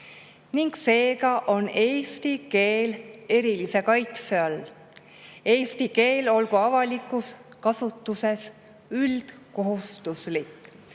ning seega on eesti keel erilise kaitse all. Eesti keel olgu avalikus kasutuses üldkohustuslik.